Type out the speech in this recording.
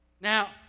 Now